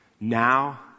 now